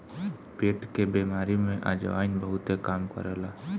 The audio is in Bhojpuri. पेट के बेमारी में अजवाईन बहुते काम करेला